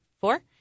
four